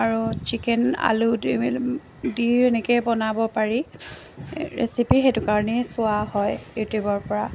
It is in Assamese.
আৰু চিকেন আলু দি মেলিও দিও এনেকৈ বনাব পাৰি ৰেচিপি সেইটো কাৰণেই চোৱা হয় ইউটিউবৰ পৰা